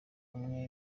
umwe